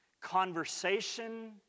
conversation